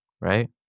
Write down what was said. Right